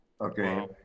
Okay